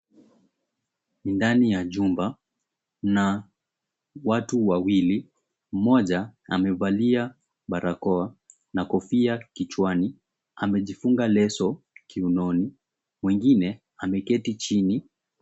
Ni ndani ya jumba na watu wawili mmoja amevalia barakoa na kofia kichwani amejifunga leso kiunoni mwengine ameketi chini.